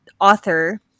author